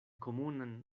komunan